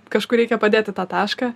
kažkur reikia padėti tą tašką